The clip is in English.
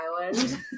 Island